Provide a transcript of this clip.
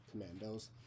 Commandos